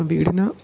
വീടിന്